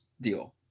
deal